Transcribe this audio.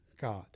God